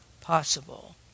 possible